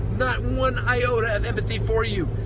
not one iota of empathy for you.